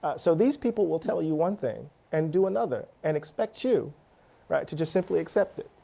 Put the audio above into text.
ah so these people will tell you one thing and do another. and expect you to just simply accept it.